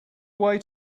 away